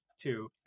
Two